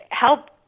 help